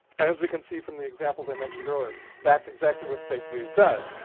and, as we can see from the examples i mentioned earlier, that's exactly what fake news does.